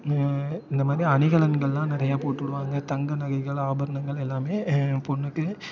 இந்த மாதிரி அணிகலன்களெலாம் நிறையா போட்டுவிடுவாங்க தங்க நகைகள் ஆபரணங்கள் எல்லாமே பொண்ணுக்கு